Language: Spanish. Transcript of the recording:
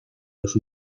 los